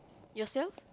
yourself